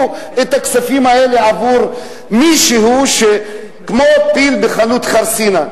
את הכספים האלה עבור מישהו שהוא כמו פיל בחנות חרסינה,